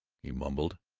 he mumbled.